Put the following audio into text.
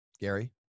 Gary